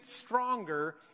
stronger